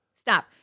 stop